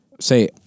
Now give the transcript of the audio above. Say